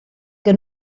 que